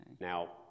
now